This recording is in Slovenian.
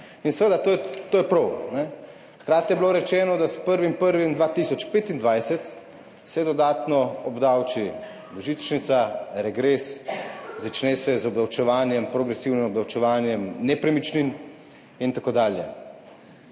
in to je prav. Hkrati je bilo rečeno, da se s 1. 1. 2025 dodatno obdavči božičnica, regres, začne se z obdavčevanjem, progresivnim obdavčevanjem nepremičnin in tako dalje.